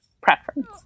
preference